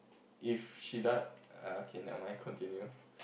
if she done okay never mind continue